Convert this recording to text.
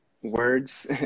words